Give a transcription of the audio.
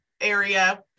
area